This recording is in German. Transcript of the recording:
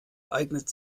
eignet